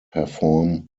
perform